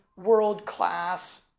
world-class